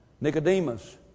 Nicodemus